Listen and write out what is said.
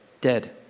dead